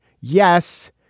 yes